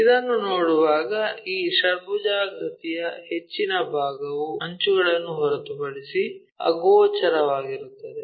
ಇದನ್ನು ನೋಡುವಾಗ ಈ ಷಡ್ಭುಜಾಕೃತಿಯ ಹೆಚ್ಚಿನ ಭಾಗವು ಅಂಚುಗಳನ್ನು ಹೊರತುಪಡಿಸಿ ಅಗೋಚರವಾಗಿರುತ್ತದೆ